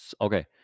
okay